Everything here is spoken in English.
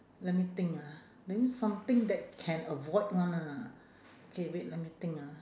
let me think ah that means something that can avoid [one] ah K wait let me think ah